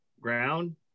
ground